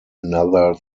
another